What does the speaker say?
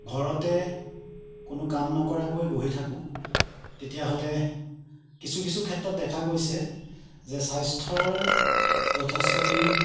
ঘৰতে কোনো কাম নকৰাকৈ বহি থাকোঁ তেতিয়াহ'লে কিছু কিছু ক্ষেত্ৰত দেখা গৈছে যে স্বাস্থ্যৰ যথেষ্টখিনি